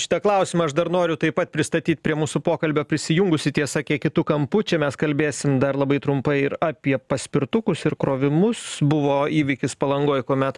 šitą klausimą aš dar noriu taip pat pristatyt prie mūsų pokalbio prisijungusi tiesa kiek kitu kampu čia mes kalbėsim dar labai trumpai ir apie paspirtukus ir krovimus buvo įvykis palangoj kuomet